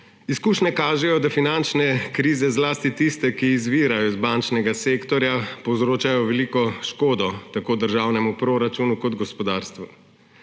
Izkušnje kažejo, da finančne krize, zlasti tiste, ki izvirajo iz bančnega sektorja, povzročajo veliko škodo tako državnemu proračunu kot gospodarstvu.